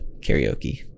karaoke